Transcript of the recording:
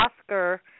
Oscar